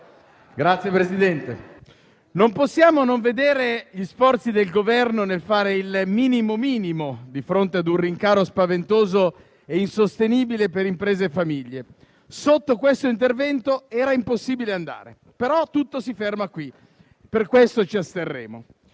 Signor Presidente, non possiamo non vedere gli sforzi del Governo nel fare il minimo del minimo, di fronte a un rincaro spaventoso e insostenibile per imprese e famiglie. Sotto la soglia prevista da questo intervento era impossibile andare; però tutto si ferma qui. Per questo ci asterremo.